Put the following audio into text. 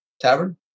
tavern